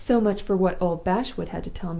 so much for what old bashwood had to tell me.